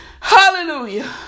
hallelujah